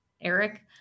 Eric